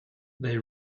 they